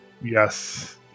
Yes